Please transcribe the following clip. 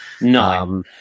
No